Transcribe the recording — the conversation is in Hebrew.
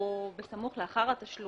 או את המילים "בסמוך לאחר התשלום"?